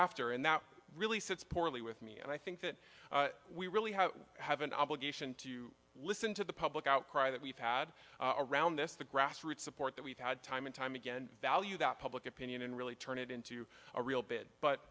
thereafter and that really sets poorly with me and i think that we really have have an obligation to listen to the public outcry that we've had around this the grassroots support that we've had time and time again value that public opinion and really turn it into a real bid but